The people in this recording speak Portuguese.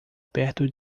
perto